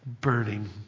burning